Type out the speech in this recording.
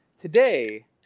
Today